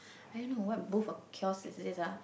I don't know what booth or kiosk is this ah